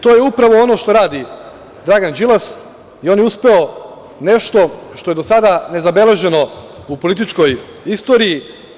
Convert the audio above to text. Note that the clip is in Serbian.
To je upravo ono što radi Dragan Đilas i on je uspeo nešto što je do sada nezabeleženo u političkoj istoriji.